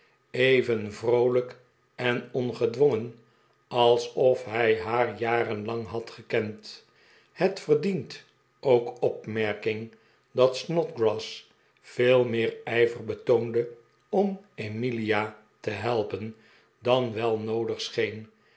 even vroolijk eh ongedwongen alsof hij haar jarenlang had gekend het verdient ook opmerking dat snodgrass veel meer ijver betoonde om emilia te helpen dan wel noodig scheen